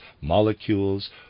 molecules